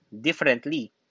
differently